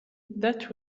that